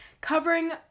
covering